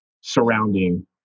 surrounding